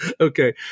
Okay